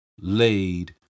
laid